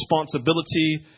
responsibility